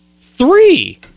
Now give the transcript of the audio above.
Three